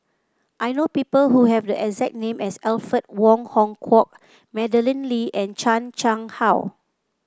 I know people who have the exact name as Alfred Wong Hong Kwok Madeleine Lee and Chan Chang How